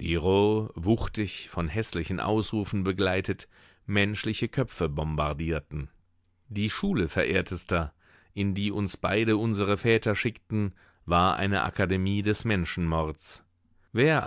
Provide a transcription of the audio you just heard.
die roh wuchtig von häßlichen ausrufen begleitet menschliche köpfe bombardierten die schule verehrtester in die uns beide unsere väter schickten war eine akademie des menschenmords wer